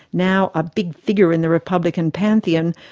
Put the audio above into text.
now a big figure in the republican pantheon,